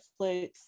Netflix